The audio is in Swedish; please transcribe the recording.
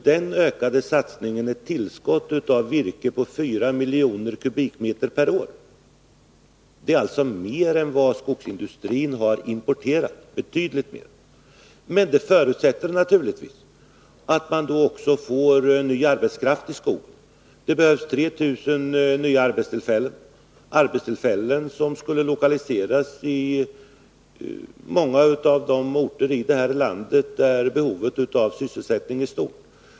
Det är en satsning som vi trodde att vi var politiskt eniga om, och det är alltså betydligt mer än vad skogsindustrin importerat. Men det förutsätter naturligtvis att man också får ny arbetskraft till skogen. Det behövs 3 000 nya arbetstillfällen. Dessa skulle lokaliseras till många av de orter i vårt land där behovet av sysselsättning är stort.